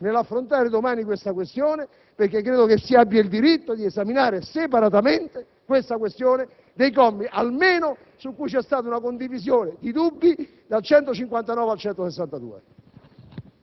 nell'affrontare domani tale problema, perché credo che si abbia il diritto di esaminare separatamente la questione dei commi - su cui almeno c'è stata una condivisione di dubbi - dal 159 al 162.